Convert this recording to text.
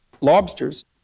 Lobsters